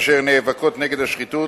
אשר נאבקות נגד השחיתות,